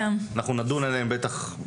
אנחנו נדון עליהם בטח מחר.